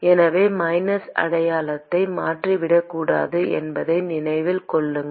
எனவே மைனஸ் அடையாளத்தை மறந்துவிடக் கூடாது என்பதை நினைவில் கொள்ளுங்கள்